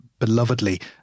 belovedly